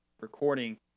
recording